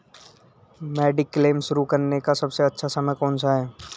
Mediclaim शुरू करने का सबसे अच्छा समय कौनसा है?